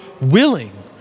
willing